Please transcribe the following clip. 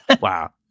Wow